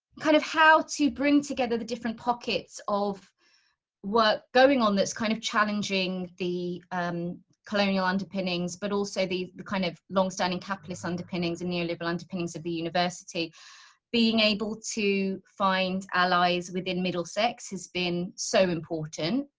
kind of how to bring together the different pockets of work going on this kind of challenging the colonial underpinnings, but also the the kind of longstanding capitalists underpinnings in neoliberal underpinnings of the university being able to find allies within middlesex has been so important.